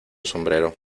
sombrero